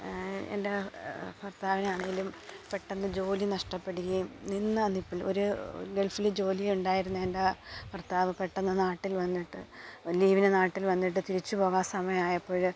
എൻ്റെ ഭർത്താവിനാണെങ്കിലും പെട്ടെന്ന് ജോലി നഷ്ടപ്പെടുകയും നിന്ന നിൽപ്പിൽ ഒരു ഗൾഫിൽ ജോലിയുണ്ടായിരുന്ന എൻ്റെ ഭർത്താവ് പെട്ടെന്ന് നാട്ടിൽ വന്നിട്ട് ലീവിന് നാട്ടിൽ വന്നിട്ട് തിരിച്ചുപോവാൻ സമയമായപ്പോൾ